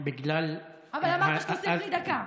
מאי, בגלל, אבל אמרת שתוסיף לי דקה.